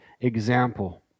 example